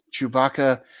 Chewbacca